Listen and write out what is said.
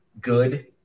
good